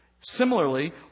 Similarly